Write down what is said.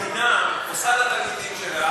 למה אצלכם כל דבר שהמדינה עושה לתלמידים שלה